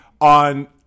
on